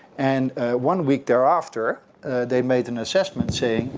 and one week thereafter they made an assessment saying,